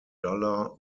duller